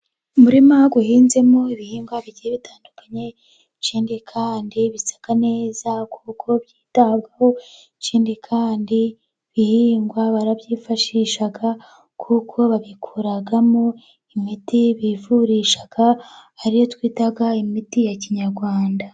Umurima uhinzemo ibihingwa bigiye bitandukanye, ikindi kandi bisa neza kuko byitabwaho kandi ibihingwa barabyifashisha kuko babikoramo imiti bivurisha, ariyo twita imiti ya Kinyarwanda.